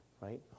right